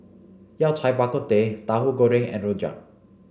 Yao Cai Bak Kut Teh Tauhu Goreng and Rojak